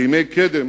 בימי קדם